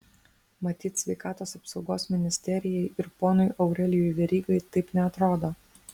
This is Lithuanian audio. matyt sveikatos apsaugos ministerijai ir ponui aurelijui verygai taip neatrodo